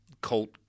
cult